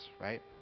right